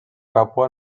papua